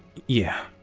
yeah.